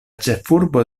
ĉefurbo